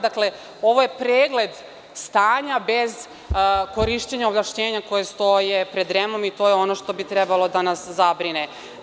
Dakle, ovo je pregled stanja bez korišćenja ovlašćenja koje stoje pred REM-om i to je ono što bi trebalo da nas zabrine.